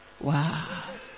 wow